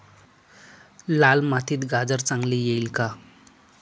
लाल मातीत गाजर चांगले येईल का?